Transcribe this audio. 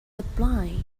apply